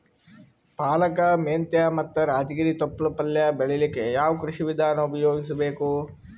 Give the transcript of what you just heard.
ಪಾಲಕ, ಮೆಂತ್ಯ ಮತ್ತ ರಾಜಗಿರಿ ತೊಪ್ಲ ಪಲ್ಯ ಬೆಳಿಲಿಕ ಯಾವ ಕೃಷಿ ವಿಧಾನ ಉಪಯೋಗಿಸಿ ಬೇಕು?